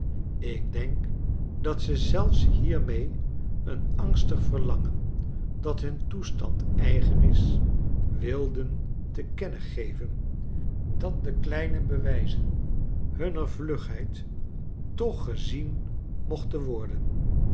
ik denk dat ze zelfs hiermee een angstig verlangen dat hun toestand eigen is wilden te kennen geven dat de kleine bewijzen hunner vlugheid toch gezien mochten worden